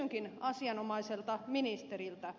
kysynkin asianomaiselta ministeriltä